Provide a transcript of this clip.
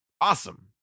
awesome